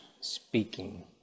speaking